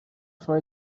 for